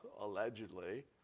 allegedly